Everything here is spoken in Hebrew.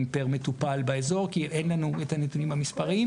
פר מטופל באזור כי אין לנו את הנתונים המספריים,